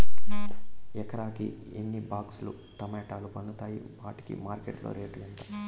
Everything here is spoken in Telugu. ఎకరాకి ఎన్ని బాక్స్ లు టమోటాలు పండుతాయి వాటికి మార్కెట్లో రేటు ఎంత?